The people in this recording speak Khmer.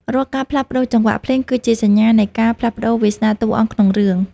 រាល់ការផ្លាស់ប្តូរចង្វាក់ភ្លេង គឺជាសញ្ញានៃការផ្លាស់ប្តូរវាសនាតួអង្គក្នុងរឿង។